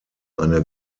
eine